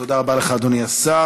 תודה רבה לך, אדוני השר.